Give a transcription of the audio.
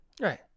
right